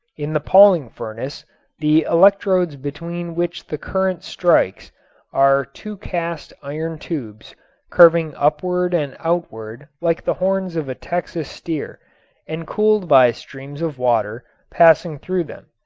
in the pauling furnace the electrodes between which the current strikes are two cast iron tubes curving upward and outward like the horns of a texas steer and cooled by a stream of water passing through them.